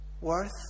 worth